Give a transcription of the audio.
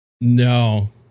No